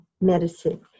Medicine